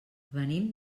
venim